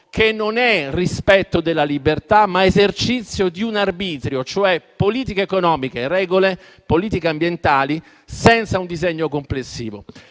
che non è rispetto della libertà, ma esercizio di un arbitrio, cioè politiche economiche, regole e politiche ambientali senza un disegno complessivo.